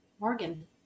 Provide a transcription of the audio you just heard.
Morgan